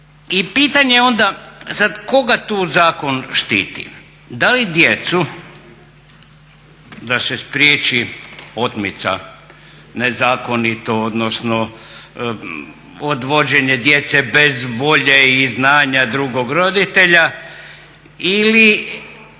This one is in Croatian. I pitanje je onda sad koga tu zakon štiti? Da li djecu, da se spriječi otmica, nezakonito odnosno odvođenje djece bez volje i znanja drugog roditelja ili